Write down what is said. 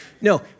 No